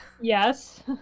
Yes